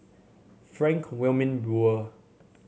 Frank Wilmin Brewer